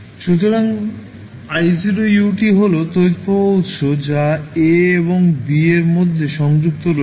সুতরাং I0u হল তড়িৎ প্রবাহ উত্স যা a এবং b এর মধ্যে সংযুক্ত রয়েছে